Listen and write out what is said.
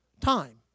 Time